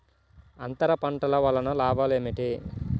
అంతర పంటల వలన లాభాలు ఏమిటి?